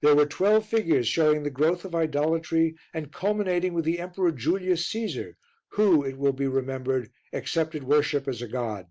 there were twelve figures showing the growth of idolatry and culminating with the emperor julius caesar who, it will be remembered, accepted worship as a god